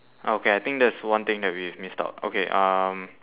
ah okay I think that's one thing that we've missed out okay um